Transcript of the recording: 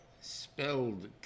spelled